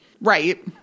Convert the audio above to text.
right